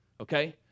okay